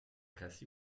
casi